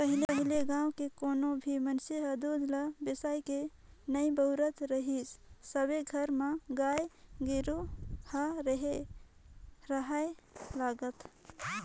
पहिले गाँव के कोनो भी मइनसे हर दूद ल बेसायके नइ बउरत रहीस सबे घर म गाय गोरु ह रेहे राहय लगत